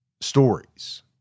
stories